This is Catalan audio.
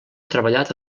treballat